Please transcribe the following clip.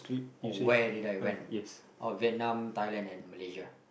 oh where did I went Vietnam Thailand and Malaysia